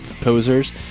posers